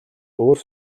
өөр